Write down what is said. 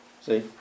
See